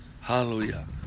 Hallelujah